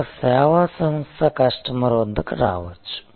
ఒక సేవా సంస్థ కస్టమర్ వద్దకు రావచ్చు